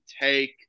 take